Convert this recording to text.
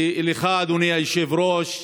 ולך, אדוני היושב-ראש,